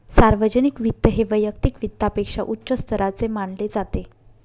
सार्वजनिक वित्त हे वैयक्तिक वित्तापेक्षा उच्च स्तराचे मानले जाते